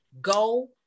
go